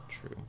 True